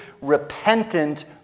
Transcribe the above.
repentant